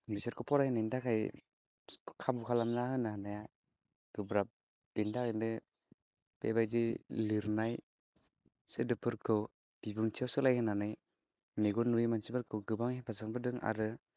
बिसोरखौ फरायनायनि थाखाय खाबु खालामना होनो हानाया गोब्राब बिनि थाखायनो बेबायदि लिरनाय सोदोबफोरखौ बिबुंथियाव सोलाय होनानै मेगन नुयि मानसिफोरखौ गोबां हेफाजाब होदों आरो